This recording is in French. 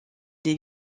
des